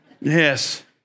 Yes